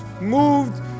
moved